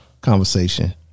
conversation